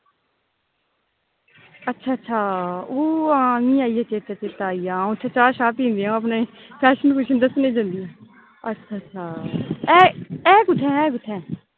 अच्छा अच्छा ओह् हां मी आइया चेत्ता चेत्ता आइया हां उत्थै चाह शाह पीने अपने फैशन फुशन दस्सने जन्दियां अच्छा अच्छा है है कुत्थैं है कुत्थैं